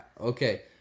Okay